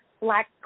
Black